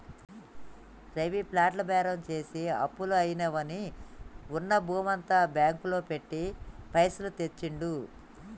రవి ప్లాట్ల బేరం చేసి అప్పులు అయినవని ఉన్న భూమంతా బ్యాంకు లో పెట్టి పైసలు తెచ్చిండు